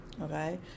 okay